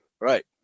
Right